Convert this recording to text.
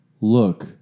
Look